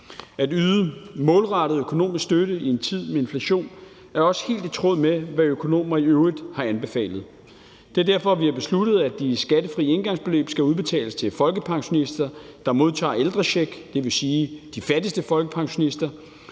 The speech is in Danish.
At yde målrettet økonomisk støtte i en tid med inflation er også helt i tråd med, hvad økonomer i øvrigt har anbefalet. Det er derfor, vi har besluttet, at de skattefri engangsbeløb skal udbetales til folkepensionister, der modtager ældrechek, dvs. de fattigste folkepensionister,